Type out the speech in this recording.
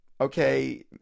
okay